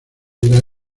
era